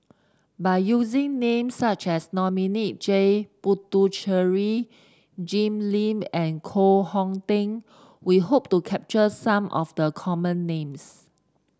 by using names such as Dominic J Puthucheary Jim Lim and Koh Hong Teng we hope to capture some of the common names